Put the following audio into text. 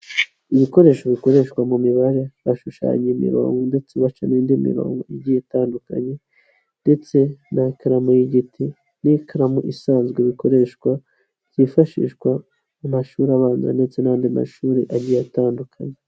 Ibikoresho bikoreshwa mu mibare bashushanya imirongo ndetse baca n'indi mirongo igiye itandukanye ndetse n'ikaramu y'igiti n'ikaramu isanzwe, bikoreshwa byifashishwa mu mashuri abanza ndetse n'andi mashuri agiye atandukanye.